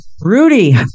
Rudy